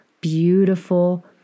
beautiful